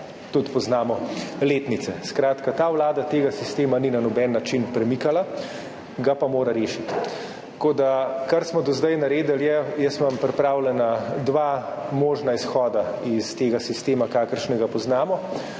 Tudi poznamo letnice. Skratka, ta vlada tega sistema ni na noben način premikala, ga pa mora rešiti. Kar smo do zdaj naredili – jaz imam pripravljena dva možna izhoda iz tega sistema, kakršnega poznamo.